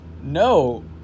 No